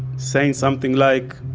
saying something like,